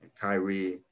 Kyrie